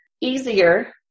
easier